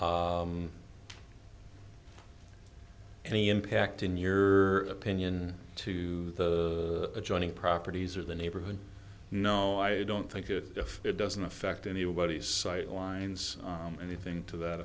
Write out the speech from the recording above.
any impact in your opinion to the adjoining properties or the neighborhood no i don't think it if it doesn't affect anybody's sightlines anything to that